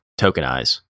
tokenize